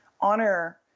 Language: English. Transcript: honor